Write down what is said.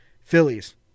Phillies